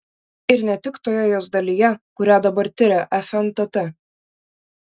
ir ne tik toje jos dalyje kurią dabar tiria fntt